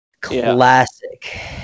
Classic